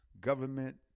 government